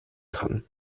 kann